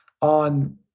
on